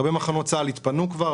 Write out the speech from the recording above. הרבה מחנות צה"ל התפנו כבר,